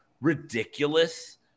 ridiculous